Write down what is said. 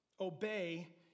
Obey